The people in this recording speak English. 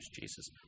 Jesus